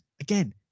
again